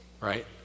right